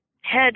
head